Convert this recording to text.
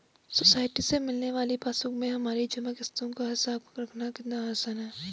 society से मिलने वाली पासबुक में हमारी जमा किश्तों का हिसाब रखना कितना आसान है